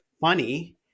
funny